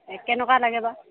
এ কেনেকুৱা লাগে বা